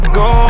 go